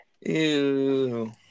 ew